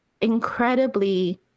incredibly